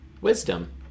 wisdom